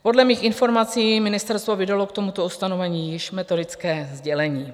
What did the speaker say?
Podle mých informací ministerstvo vydalo k tomuto ustanovení již metodické sdělení.